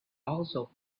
also